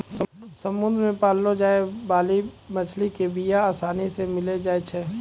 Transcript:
समुद्र मे पाललो जाय बाली मछली के बीया आसानी से मिली जाई छै